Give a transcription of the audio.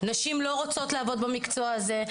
נשים לא רוצות לעבוד במקצוע הזה,